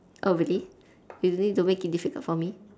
oh really you need to make it difficult for me